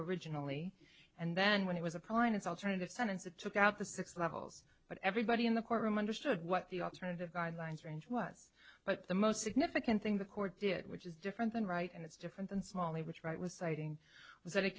originally and then when he was appointed alternative sentence it took out the six levels but everybody in the courtroom understood what the alternative guidelines range was but the most significant thing the court did which is different than right and it's different than smally which right was citing was that it